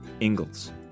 Ingalls